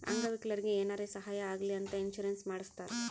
ಅಂಗ ವಿಕಲರಿಗಿ ಏನಾರೇ ಸಾಹಾಯ ಆಗ್ಲಿ ಅಂತ ಇನ್ಸೂರೆನ್ಸ್ ಮಾಡಸ್ತಾರ್